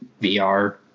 VR